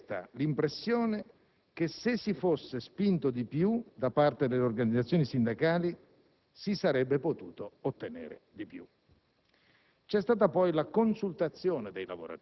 non la voglio discutere, ma mi resta l'impressione che se si fosse spinto di più da parte delle organizzazioni sindacali, si sarebbe potuto ottenere di più.